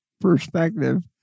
perspective